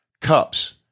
Cups